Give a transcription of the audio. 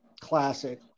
classic